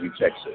Texas